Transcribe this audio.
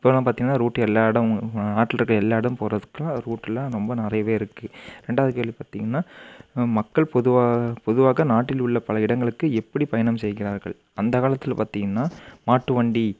இப்போல்லாம் பார்த்தீங்கன்னா ரூட்டு எல்லா இடமும் நாட்டில் இருக்க எல்லா இடமும் போகிறதுக்குலாம் ரூட்டுலாம் ரொம்ப நெறைய இருக்குது ரெண்டாவது கேள்வி பார்த்தீங்கன்னா மக்கள் பொதுவாக பொதுவாக நாட்டில் உள்ள பல இடங்களுக்கு எப்படி பயணம் செய்கிறார்கள் அந்த காலத்தில் பார்த்தீங்கன்னா மாட்டு வண்டி